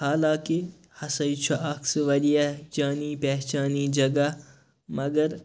حالانٛکہِ ہَسا چھُ اکھ سُہ واریاہ جانی پہچانی جَگہ مگر